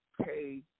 Okay